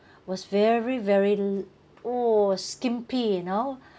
was very very l~ !whoa! skimpy you know